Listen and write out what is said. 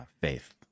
faith